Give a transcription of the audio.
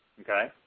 okay